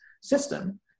system